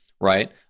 right